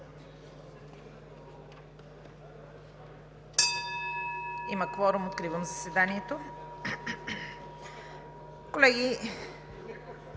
Има кворум – откривам заседанието. Колеги,